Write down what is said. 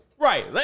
Right